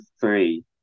three